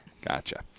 Gotcha